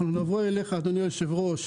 אנחנו נבוא אליך, אדוני היושב-ראש,